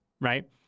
right